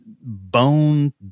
bone